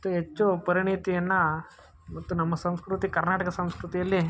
ಮತ್ತು ಹೆಚ್ಚು ಪರಿಣಿತಿಯನ್ನು ಮತ್ತು ನಮ್ಮ ಸಂಸ್ಕೃತಿ ಕರ್ನಾಟಕ ಸಂಸ್ಕೃತಿಯಲ್ಲಿ